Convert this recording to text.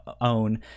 own